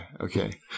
okay